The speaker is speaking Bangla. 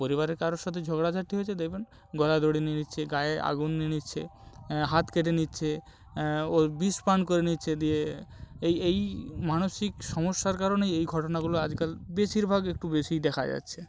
পরিবারের কারোর সাথে ঝগড়া ঝাঁটি হয়েছে দেখবেন গলায় দড়ি নিয়ে নিচ্ছে গায়ে আগুন নিয়ে নিচ্ছে হাত কেটে নিচ্ছে ও বিষ পান করে নিচ্ছে দিয়ে এই এই মানসিক সমস্যার কারণে এই ঘটনাগুলো আজকাল বেশিরভাগ একটু বেশিই দেখা যাচ্ছে